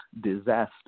disaster